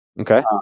Okay